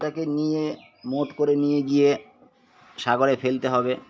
ওটাকে নিয়ে মোট করে নিয়ে গিয়ে সাগরে ফেলতে হবে